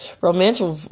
Romantic